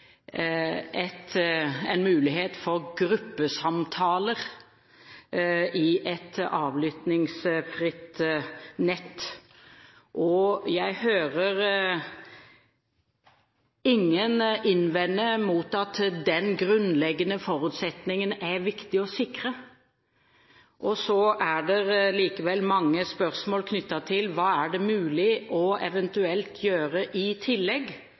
en mulighet for gruppesamtaler i et avlyttingsfritt nett. Jeg hører ingen innvendinger mot at den grunnleggende forutsetningen er viktig å sikre. Likevel er det mange spørsmål knyttet til hva det er mulig eventuelt å gjøre i tillegg,